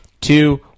two